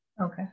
Okay